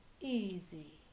Easy